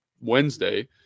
Wednesday